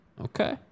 Okay